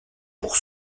pour